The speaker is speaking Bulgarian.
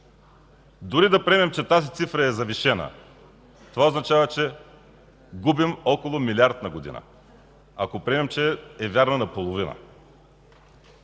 Дори да приемем, че тази цифра е завишена, това означава, че губим около милиард на година, ако приемем, че е вярна наполовина.